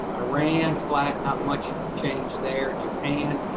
iran, flat, not much change there. japan,